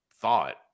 thought